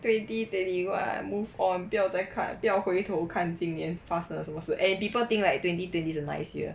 twenty twenty one move on 不要再看不要回头看今年发生了什么事 and people think like twenty twenty is a nice year